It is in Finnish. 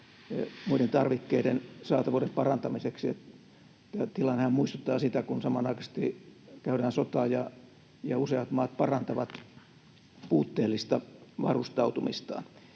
muiden tarvikkeiden saatavuuden parantamiseksi. Tämä tilannehan muistuttaa sitä, kun samanaikaisesti käydään sotaa ja useat maat parantavat puutteellista varustautumistaan.